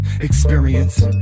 Experience